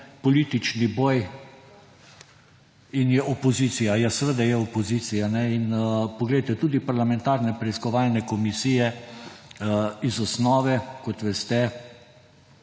politični boj in je opozicija. Ja, seveda je opozicija. Poglejte, tudi parlamentarne preiskovalne komisije iz osnove, kot veste,